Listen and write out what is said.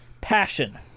Passion